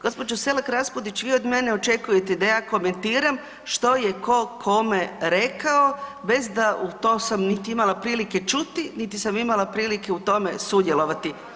Gospođo Selak Raspudić vi od mene očekujete da ja komentiram što je tko kome rekao bez da u to sam nit imam prilike čuti, niti sam imala prilike u tome sudjelovati.